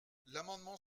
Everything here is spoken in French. l’amendement